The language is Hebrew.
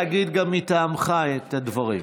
להגיד מטעמך את הדברים.